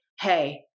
hey